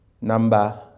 Number